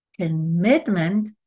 commitment